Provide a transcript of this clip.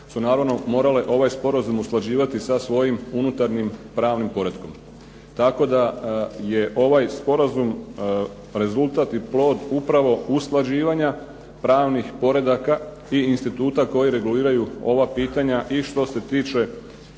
su naravno morale ovaj sporazum usklađivati sa svojim unutarnjim pravnim poretkom, tako da je ovaj sporazum rezultat i plod upravo usklađivanja pravnih poredaka i instituta koji reguliraju ova pitanja i što se tiče